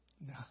No